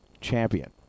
Champion